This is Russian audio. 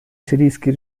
сирийский